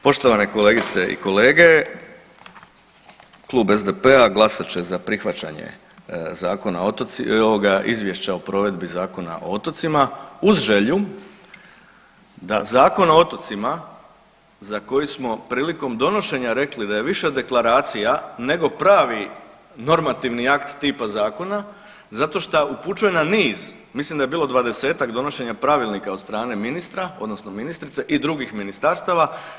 Poštovane kolegice i kolege klub SDP-a glasat će za prihvaćanje Izvješća o provedbi Zakona o otocima uz želju da Zakon o otocima za koji smo prilikom donošenja rekli da je više deklaracija nego pravi normativni akt tipa zakona zato šta upućuje na niz, mislim da je bilo dvadesetak donošenja pravilnika od strane ministra, odnosno ministrice i drugih ministarstava.